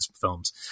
films